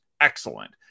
excellent